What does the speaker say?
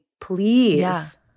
please